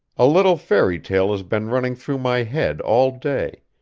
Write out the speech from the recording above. a little fairy-tale has been running through my head all day,